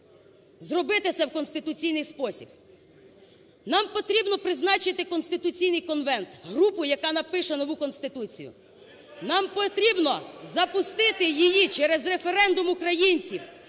зробити це в конституційний спосіб. Нам потрібно призначити конституційний конвент, групу, яка напише нову Конституцію. Нам потрібно запустити її через референдум українців